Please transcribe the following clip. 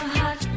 hot